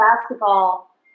basketball